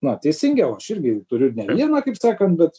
na teisingiau aš irgi turiu ne vieną kaip sakant bet